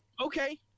okay